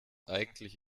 eigentlich